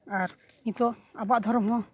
ᱟᱨ ᱱᱤᱛᱳᱜ ᱟᱵᱚᱣᱟᱜ ᱫᱷᱚᱨᱚᱢ ᱦᱚᱸ